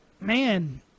man